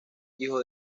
hijo